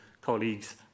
colleagues